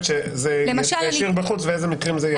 שזה ישאיר בחוץ ואיזה מקרים זה יכניס.